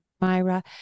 Myra